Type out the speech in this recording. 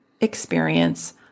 experience